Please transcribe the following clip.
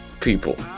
people